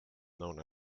known